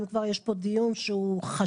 אם כבר יש פה דיון שהוא חשוב,